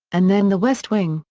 and then the west wing,